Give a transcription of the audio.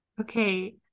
okay